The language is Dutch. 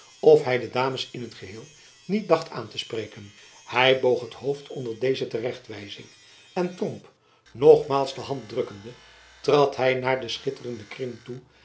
of hy de dames in t geheel niet dacht aan te spreken hy boog het hoofd onder deze te recht wijzing en tromp nogjacob van lennep elizabeth musch maals de hand drukkende trad hy naar den schitterenden kring toe